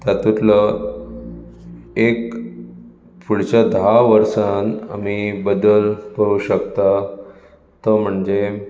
तातुंतलो एक फुडच्या धा वर्सांत आमी बदल पळोवंक शकता तो म्हणजे